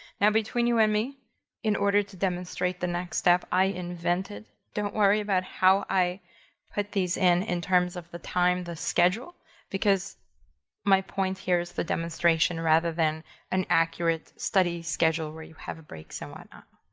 now between you and me in order to demonstrate the next step i invented, don't worry about how i put these in in terms of the time, the schedule because my point the demonstration rather than an accurate study schedule where you have a break somewhat not.